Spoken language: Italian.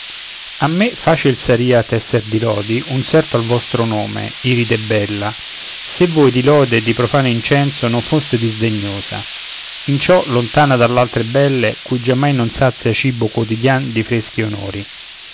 a me facil saría tesser di lodi un serto al vostro nome iride bella se voi di lodi e di profano incenso non foste disdegnosa in ciò lontana dall'altre belle cui giammai non sazia cibo quotidian di freschi onori